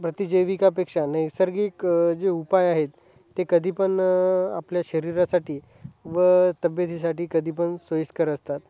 प्रतिजैविकापेक्षा नैसर्गिक जे उपाय आहेत ते कधी पण आपल्या शरीरासाठी व तब्येतीसाठी कधी पण सोयीस्कर असतात